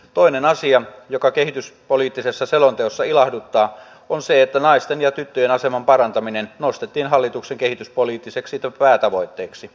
toinen asia joka kehityspoliittisessa selonteossa ilahduttaa on se että naisten ja tyttöjen aseman parantaminen nostettiin hallituksen kehityspoliittiseksi päätavoitteeksi